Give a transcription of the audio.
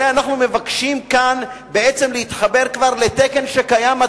הרי אנחנו מבקשים כאן בעצם להתחבר לתקן שכבר קיים,